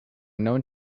known